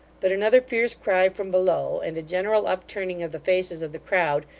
but another fierce cry from below, and a general upturning of the faces of the crowd,